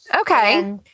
Okay